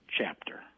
chapter